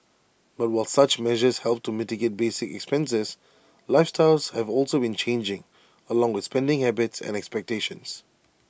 but while such measures help to mitigate basic expenses lifestyles have also been changing along with spending habits and expectations